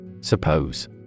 Suppose